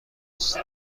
است